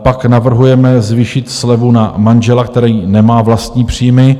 Pak navrhujeme zvýšit slevu na manžela, který nemá vlastní příjem.